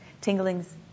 Tingling's